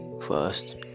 First